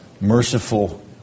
merciful